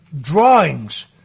drawings